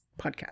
podcast